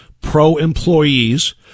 pro-employees